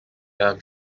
رحم